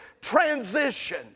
transition